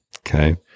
okay